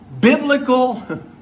biblical